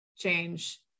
Change